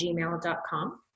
gmail.com